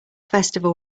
festival